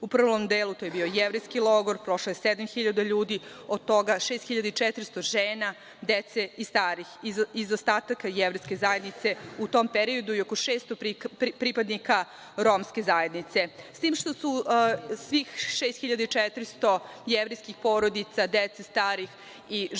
U prvom delu to je bio jevrejski logor i prošlo je 7.000 ljudi, od toga 6.400 žena, dece i starih iz ostataka Jevrejske zajednice u tom periodu i oko 600 pripadnika Romske zajednice, s tim što je 6.400 jevrejskih porodica, dece, starih i žena,